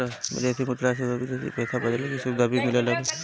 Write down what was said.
विदेशी मुद्रा सेवा में विदेशी पईसा बदलला के सुविधा भी मिलत हवे